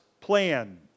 plan